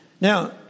Now